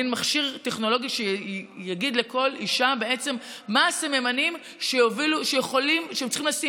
מן מכשיר טכנולוגי שיגיד לכל אישה מה הסממנים שהיא צריכים לב